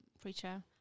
preacher